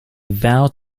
vowed